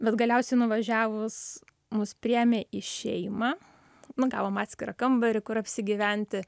bet galiausiai nuvažiavus mus priėmė į šeimą nu gavom atskirą kambarį kur apsigyventi